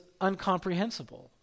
uncomprehensible